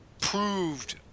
proved